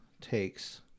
takes